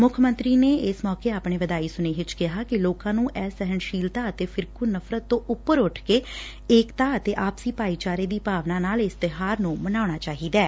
ਮੁੱਖ ਮੰਤਰੀ ਨੇ ਇਸ ਮੌਕੇ ਆਪਣੇ ਵਧਾਈ ਸੁਨੇਹੇ 'ਚ ਕਿਹਾ ਕਿ ਲੋਕਾਂ ਨੂੰ ਅਸਹਿਣਸੀਲਤਾ ਅਤੇ ਫਿਰਕੁ ਨਫਰਤ ਤੋਂ ਉਪਰ ਉਠ ਕੇ ਏਕਤਾ ਅਤੇ ਆਪਸੀ ਭਾਈਚਾਰੇ ਦੀ ਭਾਵਨਾ ਨਾਲ ਇਸ ਤਿਓਹਾਰ ਨੂੰ ਮਨਾਉਣਾ ਚਾਹੀਦੈ